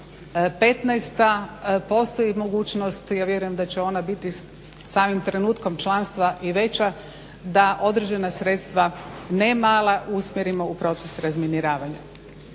2015. postoji mogućnost i ja vjerujem da će ona biti samim trenutkom članstva i veća da određena sredstva ne mala usmjerimo u proces razminiravanja.